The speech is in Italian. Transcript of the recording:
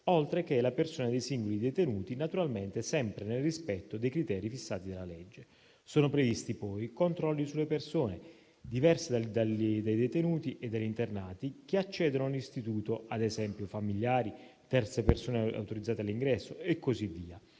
oltre che la persona dei singoli detenuti, naturalmente sempre nel rispetto dei criteri fissati dalla legge. Sono previsti poi controlli sulle persone, diverse dai detenuti e dagli internati, che accedono a un istituto: ad esempio, familiari, terze persone autorizzate all'ingresso e così via.